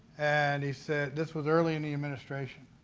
and he said, this was early in the administration.